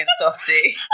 softy